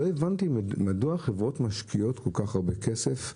לא הבנתי מדוע חברות משקיעות כל כך הרבה כסף בפרסום,